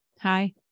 Hi